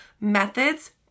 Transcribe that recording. methods